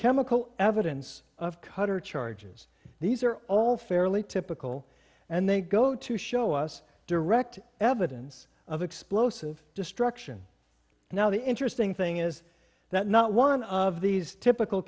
chemical evidence of cutter charges these are all fairly typical and they go to show us direct evidence of explosive destruction and now the interesting thing is that not one of these typical